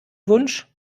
wunsch